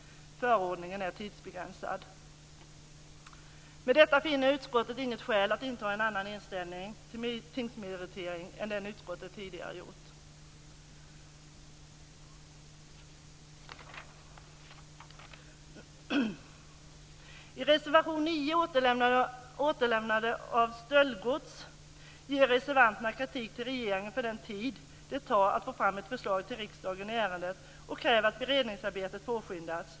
Förordningen är tidsbegränsad. Med hänsyn till detta finner utskottet inget skäl att inta en annan inställning till tingsmeritering än den utskottet tidigare intagit. I reservation 9 om återlämnande av stöldgods ger reservanterna regeringen kritik för den tid det tar att få fram ett förslag till riksdagen i ärendet och kräver att beredningsarbetet påskyndas.